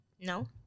No